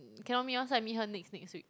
cannot meet loh so I meet her next next week